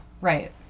Right